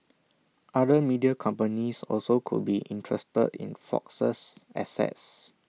other media companies also could be interested in Fox's assets